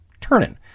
turning